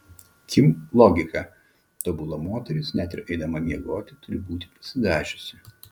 kim logika tobula moteris net ir eidama miegoti turi būti pasidažiusi